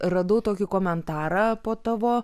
radau tokį komentarą po tavo